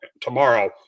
tomorrow